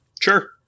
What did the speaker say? Sure